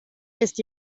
ist